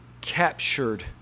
captured